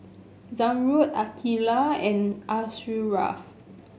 Zamrud Aqeelah and Asharaff